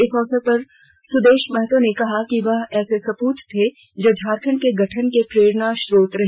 इस अवसर सुदेश महतो ने कहा कि यह ऐसे सपूत थे जो झारखंड के गठन के प्रेरणा श्रोत रहे